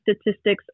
statistics